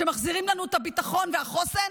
שמחזירים לנו את הביטחון ואת החוסן,